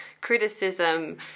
criticism